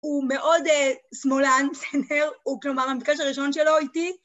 הוא מאוד שמאלן, בסדר, הוא כלומר, המפגש הראשון שלו הייתי